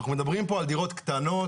אנחנו מדברים פה על דירות קטנות,